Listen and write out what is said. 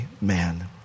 man